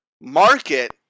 market